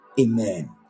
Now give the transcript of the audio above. Amen